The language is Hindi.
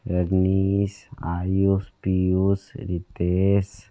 रजनीश आयुस पीयूष रितेश